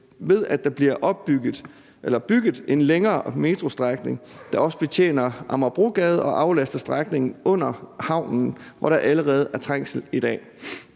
ved at der bliver bygget en længere metrostrækning, der også betjener Amagerbrogade og aflaster strækningen under havnen, hvor der allerede er trængsel i dag.